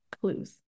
clues